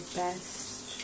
best